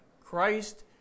Christ